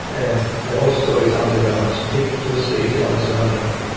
and the whole story is underground, deep, two or three kilometres underground.